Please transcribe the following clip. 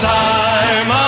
time